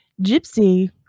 Gypsy